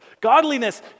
Godliness